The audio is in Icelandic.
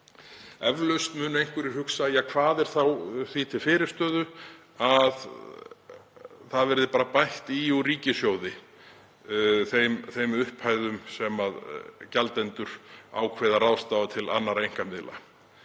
Eflaust munu einhverjir hugsa: Ja, hvað er þá því til fyrirstöðu að það verði bara bætt í úr ríkissjóði þeim upphæðum sem gjaldendur ákveða að ráðstafa til annarra einkamiðla?